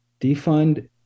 Defund